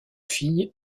filles